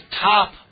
top